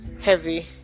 heavy